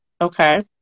okay